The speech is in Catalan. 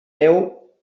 neu